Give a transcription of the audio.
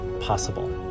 possible